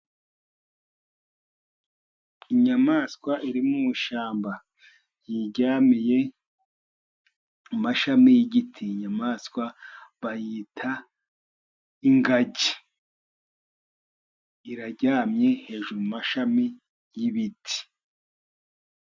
Inyamanswa iri mu ishyamba yiryamiye mu mashami yigiti, inyamanswa bayita ingagi, iraryamye hejuru mu mashami yibiti.